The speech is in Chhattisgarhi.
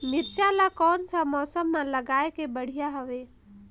मिरचा ला कोन सा मौसम मां लगाय ले बढ़िया हवे